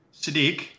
Sadiq